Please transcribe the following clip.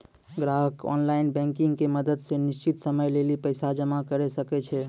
ग्राहकें online banking के मदत से निश्चित समय लेली पैसा जमा करै सकै छै